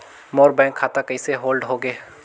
मोर bank खाता कइसे hold होगे?